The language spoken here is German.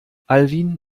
alwin